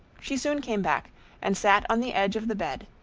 she soon came back and sat on the edge of the bed,